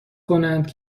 کنند